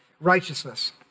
Righteousness